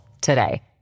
today